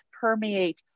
permeate